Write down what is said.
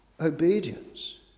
obedience